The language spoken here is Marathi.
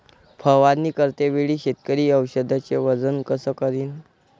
फवारणी करते वेळी शेतकरी औषधचे वजन कस करीन?